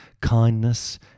kindness